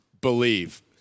believe